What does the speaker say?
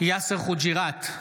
יאסר חוג'יראת,